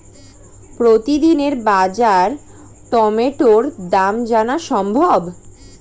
প্রতিদিনের বাজার টমেটোর দাম জানা সম্ভব?